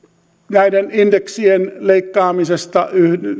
näiden indeksien leikkaamisesta